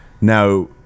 now